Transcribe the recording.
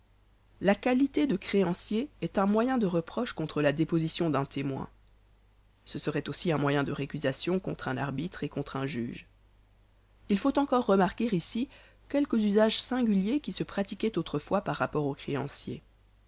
la qualité de créancier est un moyen de reproche contre la déposition d'un témoin ce serait aussi un moyen de récusation contre un arbitre et contre un juge il faut encore remarquer ici quelques usages singuliers qui se pratiquaient autrefois par rapport au créancier